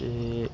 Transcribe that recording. ਅਤੇ